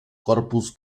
corpus